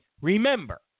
remember